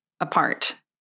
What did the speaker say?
apart